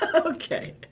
but okay,